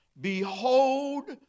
Behold